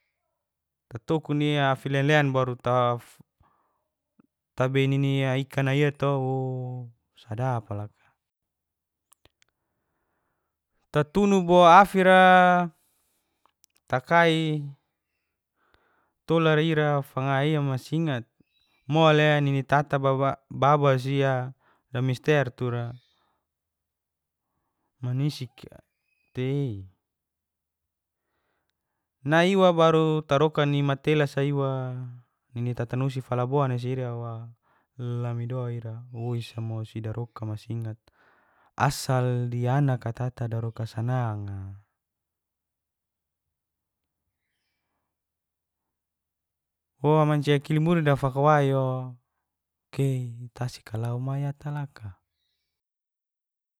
Tatokuia afi len-len baru ta tabei nini ikan ikana ia to woh sadapa laka, tatunu bo fira takai. Tolara ira fangaia masingat mole nini tata babasia damister tura manaisi tei. Nai iwa baru taroka ni matelas iwa nini tatanusi falabona si ira lamido woisa mo si daroka masingat. Asal di anaka tata daroka sananga. wo mancia kilimuri dafakawaio keh tasika lau mayat laka.